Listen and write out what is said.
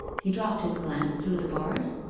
he dropped his glance through the bars,